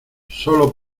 sólo